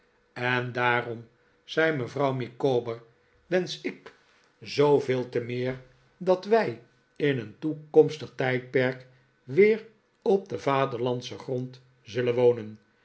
en daarom zei mevrouw micawber wensch ik zooveel te meer dat wij in een toekomstig tijdperk weer op den vaderlandschen grond zullen wonen